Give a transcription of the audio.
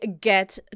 get